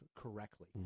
correctly